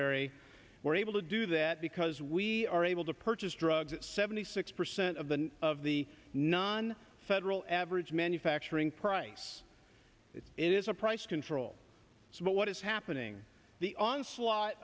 formulary we're able to do that because we are to purchase drugs seventy six percent of the of the non federal average manufacturing price it is a price control but what is happening the onslaught